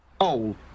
Old